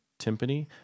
timpani